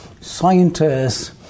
scientists